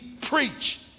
preach